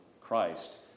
Christ